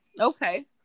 Okay